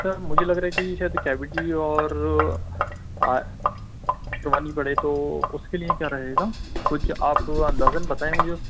سر مجھے لگ رہا ہے کہ شاید کیویٹی اور بڑھے تو اس کے لیے کیا رہے گا کچھ آپ اندازاً بتائیں مجھے اس